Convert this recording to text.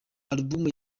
album